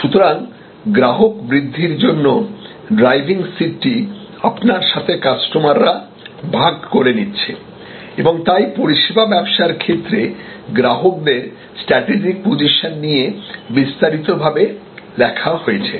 সুতরাং গ্রাহক বৃদ্ধির জন্য ড্রাইভিং সিটটি আপনার সাথে কাস্টমাররা ভাগ করে নিচ্ছে এবং তাই পরিষেবা ব্যবসার ক্ষেত্রে গ্রাহকদের স্ট্র্যাটেজিক পজিশন নিয়ে বিস্তারিত ভাবে লেখা হয়েছে